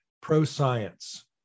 pro-science